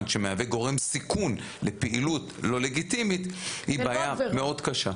שמהווה גורם סיכון לפעילות לא לגיטימית היא בעיה מאוד קשה.